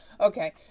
okay